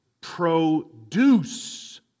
produce